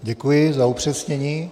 Děkuji za upřesnění.